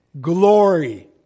Glory